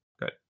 Good